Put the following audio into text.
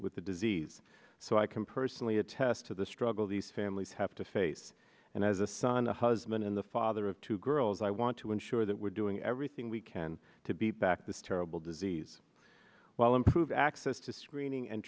with the disease so i can personally attest to the struggle these families have to face and as a son a husband and the father of two girls i want to ensure that we're doing everything we can to beat back this terrible disease while improved access to screening and